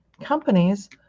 companies